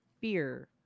beer